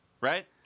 Right